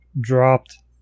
dropped